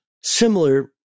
similar